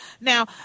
Now